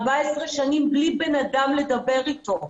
14 שנים בלי בן אדם לדבר אתו.